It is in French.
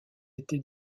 été